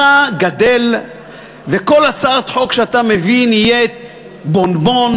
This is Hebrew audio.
גדול וכל הצעת חוק שאתה מביא נהיית בונבון,